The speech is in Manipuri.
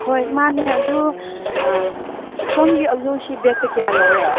ꯍꯣꯏ ꯃꯥꯟꯅꯦ ꯑꯗꯨ ꯁꯣꯝꯒꯤ ꯑꯂꯨꯁꯤ ꯕꯦꯒꯇ ꯀꯌꯥ ꯌꯧꯔꯦ